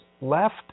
left